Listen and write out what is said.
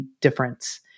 difference